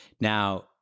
Now